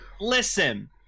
Listen